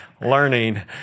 learning